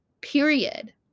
period